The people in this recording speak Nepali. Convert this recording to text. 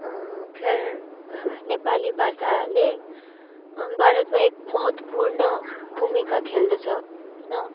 खैर नेपाली भाषाले भारतमा एक महत्त्वपूर्ण भूमिका खेल्दछ होइन